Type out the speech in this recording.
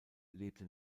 lebte